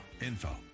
info